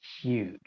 huge